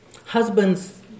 Husbands